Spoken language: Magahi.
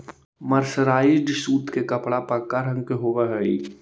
मर्सराइज्ड सूत के कपड़ा पक्का रंग के होवऽ हई